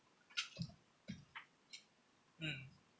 mm